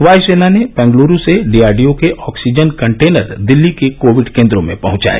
वायसेना ने बेंगलूरू से डीआरडीओ के ऑक्सजीन कंटेनर दिल्ली के कोविड केन्द्रों में पहंचाए